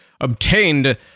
obtained